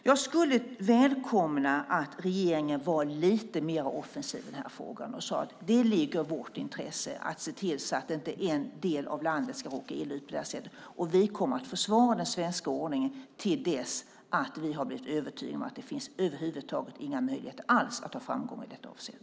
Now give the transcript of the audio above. Jag skulle välkomna att regeringen var lite mer offensiv i den här frågan och sade att det ligger i vårt intresse att se till att inte en del av landet ska råka illa ut på det här sättet och att vi kommer att försvara den svenska ordningen till dess att vi har blivit övertygade om att det över huvud taget inte finns några möjligheter alls att ha framgång i detta avseende.